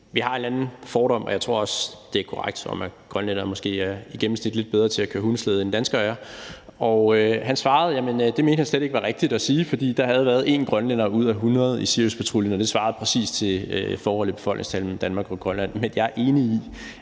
vi har en eller anden fordom om – og jeg tror også, det er korrekt – at grønlændere måske i gennemsnit er lidt bedre til at køre hundeslæde, end danskere er, og han svarede, at det mente han slet ikke var rigtigt at sige, for der havde været én grønlænder ud af 100 personer i Siriuspatruljen, og det svarede præcis til forholdet mellem befolkningstallet i Danmark og Grønland. Men jeg er enig i,